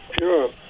Sure